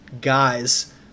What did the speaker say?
guys